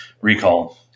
recall